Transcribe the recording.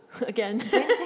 again